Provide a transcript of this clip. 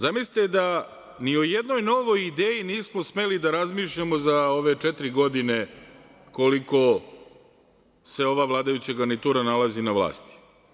Zamislite da ni u jednoj novoj ideji nismo smeli da razmišljamo za ove četiri godine koliko se ova vladajuća garnitura nalazi na vlasti.